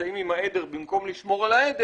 נמצאים עם העדר במקום לשמור על העדר,